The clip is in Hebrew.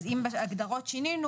אז אם בהגדרות שינינו,